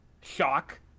shock